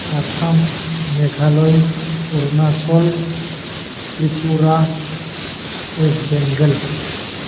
Assam Meghalaya Arunachal Tripura west Bengal